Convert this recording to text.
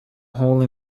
hole